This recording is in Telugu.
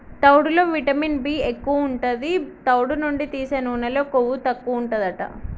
తవుడులో విటమిన్ బీ ఎక్కువు ఉంటది, తవుడు నుండి తీసే నూనెలో కొవ్వు తక్కువుంటదట